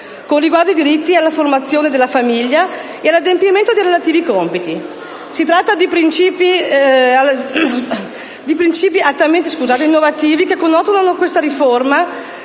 con riguardo ai diritti e alla formazione della famiglia e all'adempimento dei relativi compiti». Si tratta di principi altamente innovativi che connotano questa riforma